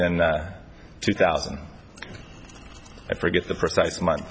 in two thousand i forget the precise month